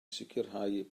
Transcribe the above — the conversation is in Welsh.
sicrhau